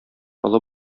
олы